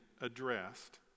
addressed